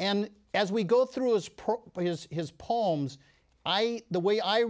and as we go through as per his his poems i the way i